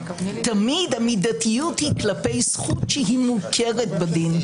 תמיד המידיות היא כלפי זכות שמוכרת בדין,